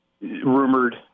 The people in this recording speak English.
rumored